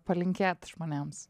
palinkėt žmonėms